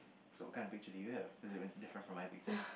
so what kind of picture do you have is it different very from pictures